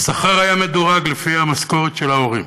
השכר היה מדורג לפי המשכורת של ההורים.